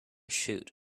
shoot